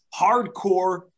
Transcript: hardcore